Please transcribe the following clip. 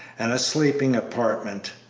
and a sleeping-apartment,